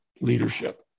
leadership